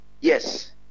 Yes